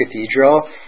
Cathedral